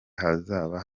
hazaba